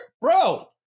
Bro